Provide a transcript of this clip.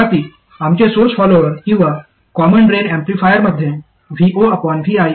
तथापि आमचे source follower किंवा कॉमन ड्रेन एम्पलीफायरमध्ये vovigm1gmRL